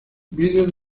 videos